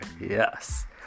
yes